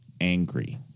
angry